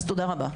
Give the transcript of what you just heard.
אז תודה רבה.